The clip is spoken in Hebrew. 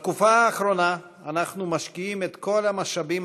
בתקופה האחרונה אנחנו משקיעים את כל המשאבים